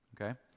okay